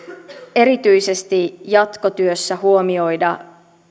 erityisesti jatkotyössä huomioida